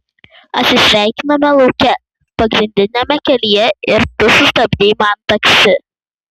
atsisveikinome lauke pagrindiniame kelyje ir tu sustabdei man taksi